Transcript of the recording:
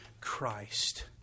Christ